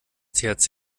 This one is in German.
thc